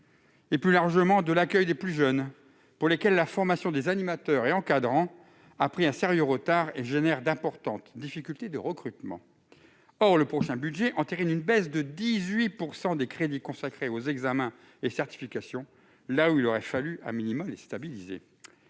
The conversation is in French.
et, plus largement, à l'accueil des plus jeunes pour lesquels la formation des animateurs et encadrants a pris un sérieux retard, ce qui entraîne d'importantes difficultés de recrutement. Or le prochain budget entérine une baisse de 18 % des crédits consacrés aux examens et certifications, là où il aurait fallu les stabiliser